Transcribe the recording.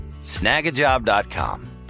Snagajob.com